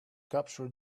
capture